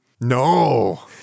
No